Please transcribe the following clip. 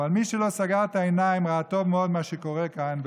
אבל מי שלא סגר את העיניים ראה טוב מאוד מה שקורה כאן,